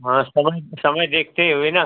हाँ समय समय देखते हुए ना